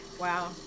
Wow